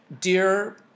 dear